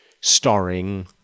starring